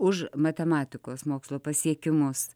už matematikos mokslo pasiekimus